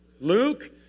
Luke